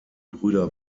brüder